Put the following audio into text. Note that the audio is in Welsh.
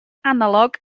analog